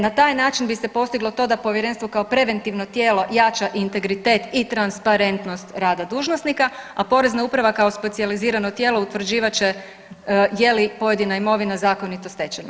Na taj način bi se postiglo to da povjerenstvo kao preventivno tijelo jača integritet i transparentnost rada dužnosnika, a porezna uprava kao specijalizirano tijelo utvrđivat će je li pojedina imovina zakonito stečena.